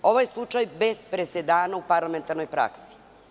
Ovo slučaj bez presedana u parlamentarnoj praksi.